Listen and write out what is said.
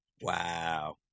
Wow